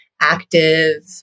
active